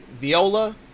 Viola